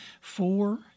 four